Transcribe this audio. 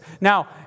Now